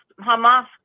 Hamas